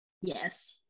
Yes